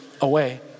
away